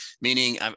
meaning